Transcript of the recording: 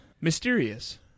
mysterious